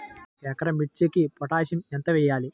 ఒక ఎకరా మిర్చీకి పొటాషియం ఎంత వెయ్యాలి?